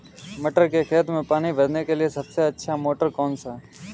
मटर के खेत में पानी भरने के लिए सबसे अच्छा मोटर कौन सा है?